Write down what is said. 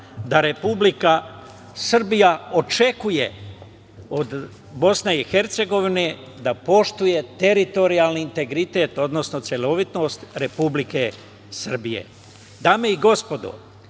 da Republika Srbija očekuje od BiH da poštuje teritorijalni integritet, odnosno celovitost Republike Srbije. Dame i gospodo,